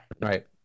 Right